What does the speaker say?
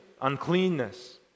uncleanness